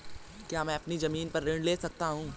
क्या मैं अपनी ज़मीन पर ऋण ले सकता हूँ?